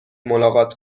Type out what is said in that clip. ملاقات